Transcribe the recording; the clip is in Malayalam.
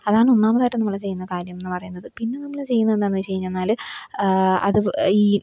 അതാണ് ഒന്നാമതായിട്ട് നമ്മൾ ചെയ്യുന്ന കാര്യം എന്ന് പറയുന്നത് പിന്നെ നമ്മൾ ചെയ്യുന്നത് എന്താന്ന് വച്ച് കഴിഞ്ഞെന്നാൽ അത് ഈ